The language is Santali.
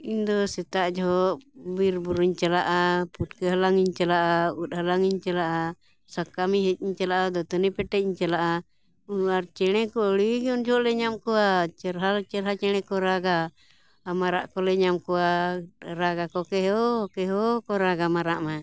ᱤᱧ ᱫᱚ ᱥᱮᱛᱟᱜ ᱡᱚᱦᱚᱜ ᱵᱤᱨ ᱵᱩᱨᱩᱧ ᱪᱟᱞᱟᱜᱼᱟ ᱯᱷᱩᱴᱠᱟᱹ ᱦᱟᱞᱟᱝ ᱤᱧ ᱪᱟᱞᱟᱜᱼᱟ ᱩᱫ ᱦᱟᱞᱟᱝ ᱤᱧ ᱪᱟᱞᱟᱜᱼᱟ ᱥᱟᱠᱟᱢᱤ ᱦᱮᱡᱽ ᱤᱧ ᱪᱟᱞᱟᱜᱼᱟ ᱫᱚᱛᱟᱹᱱᱤ ᱯᱮᱴᱮᱡ ᱤᱧ ᱪᱟᱞᱟᱜᱼᱟ ᱟᱨ ᱪᱮᱬᱮ ᱠᱚ ᱟᱹᱰᱤ ᱜᱟᱱ ᱡᱷᱚᱜᱚᱞ ᱞᱮ ᱧᱟᱢ ᱠᱚᱣᱟ ᱪᱮᱨᱦᱟ ᱪᱮᱨᱦᱟ ᱪᱮᱬᱮ ᱠᱚ ᱨᱟᱜᱟ ᱟᱨ ᱢᱟᱨᱟᱜ ᱠᱚᱞᱮ ᱧᱟᱢ ᱠᱚᱣᱟ ᱨᱟᱜᱟ ᱠᱚ ᱠᱮᱦᱚ ᱠᱮᱦᱚ ᱠᱚ ᱨᱟᱜᱟ ᱢᱟᱨᱟᱜ ᱢᱟ